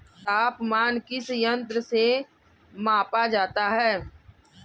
तापमान किस यंत्र से मापा जाता है?